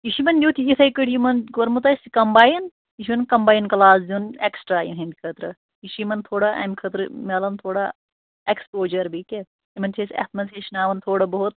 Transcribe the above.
یہِ چھُ یِمَن نٮُ۪ٹ یِتھَے پٲٹھۍ یِمَن کوٚرمُت اَسہِ کَمبایِن یہِ چھُ کَمبایِن کٕلاس دیُن اٮ۪کٕسٹرا یِہٕنٛدِ خٲطرٕ یہِ چھُ یِمَن تھوڑا اَمہِ خٲطرٕ میلان تھوڑا اٮ۪کسپوجَر بیٚیہِ کیٛاہ یِمَن چھِ أسۍ اتھ منٛز ہیٚچھناوان تھوڑا بہت